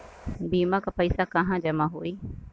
बीमा क पैसा कहाँ जमा होई?